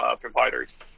providers